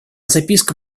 записка